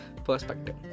Perspective